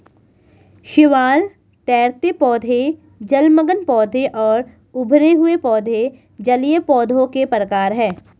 शैवाल, तैरते पौधे, जलमग्न पौधे और उभरे हुए पौधे जलीय पौधों के प्रकार है